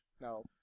No